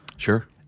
Sure